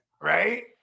Right